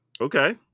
Okay